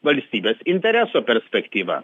valstybės intereso perspektyva